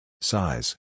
Size